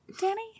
Danny